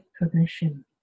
permission